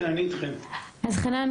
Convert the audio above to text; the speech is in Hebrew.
השאלה שלי